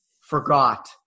forgot